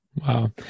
Wow